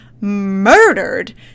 murdered